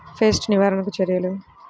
Pest నివారణకు చర్యలు?